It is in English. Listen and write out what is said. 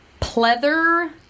pleather